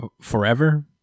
forever